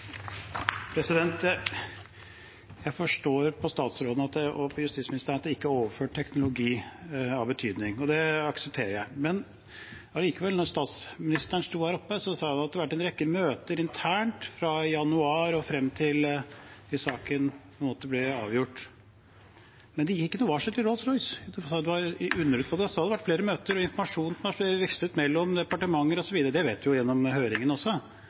overført teknologi av betydning, og det aksepterer jeg. Men allikevel, da statsministeren sto her oppe, sa hun det hadde vært en rekke møter internt fra januar og frem til saken ble avgjort. Men gikk det noen varsler til Rolls-Royce? Jeg undrer på det. Hun sa at det hadde vært flere møter, og informasjon har vekslet mellom departementer og så videre, det vet vi gjennom høringen også,